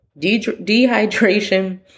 dehydration